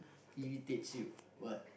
irritates you what